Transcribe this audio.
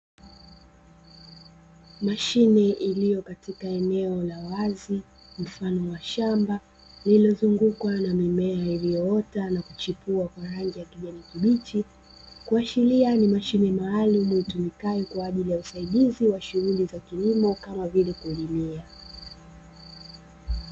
Mashine iliyo katika eneo la wazi mfano wa shamba lililozungukwa na mimea iliyoota na kuchipua kwa rangi ya kijani kibichi, kuashiria ni mashine maalumu itumikayo kwa ajili ya usaidizi wa shughuli za kilimo kama vile kulimia.